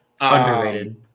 Underrated